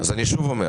אני שוב אומר